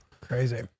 crazy